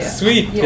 sweet